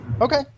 Okay